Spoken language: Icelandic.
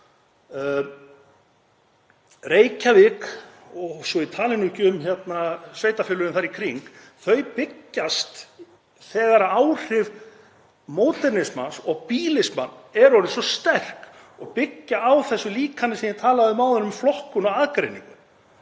Reykjavík, og svo ég tali nú ekki um sveitarfélögin þar í kring, byggist þegar áhrif módernisma og bílisma eru orðin svo sterk og byggist á þessu líkani sem ég talaði um áðan, um flokkun og aðgreiningu.